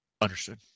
Understood